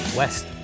West